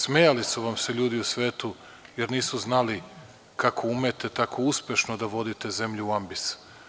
Smejali su vam se ljudi u svetu, jer nisu znali kako umete tako uspešno da vodite zemlju u ambis.